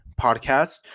podcast